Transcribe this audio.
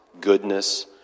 goodness